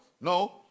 no